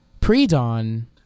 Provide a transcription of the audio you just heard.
pre-dawn